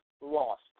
lost